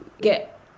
get